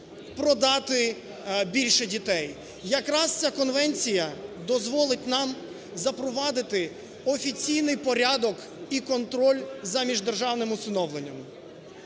продати більше дітей. Якраз ця конвенція дозволить нам запровадити офіційний порядок і контроль за міждержавними усиновленнями.